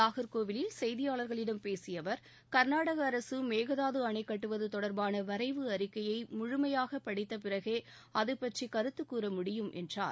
நாகர்கோவிலில் செய்தியாளர்களிடம் பேசிய அவர் கர்நாடக அரசு மேகதாது அணை கட்டுவது தொடர்பான வரைவு அறிக்கையை முழுமையாக படித்த பிறகே அதுபற்றி கருத்துக் கூறமுடியும் என்றார்